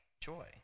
joy